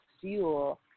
fuel